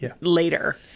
later